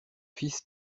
fils